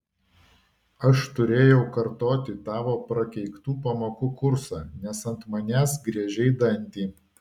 aš turėjau kartoti tavo prakeiktų pamokų kursą nes ant manęs griežei dantį